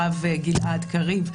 הרב גלעד קריב,